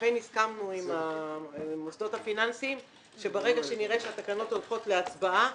ואכן הסכמנו עם המוסדות הפיננסיים שברגע שנראה שהתקנות הולכות להצבעה,